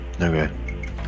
Okay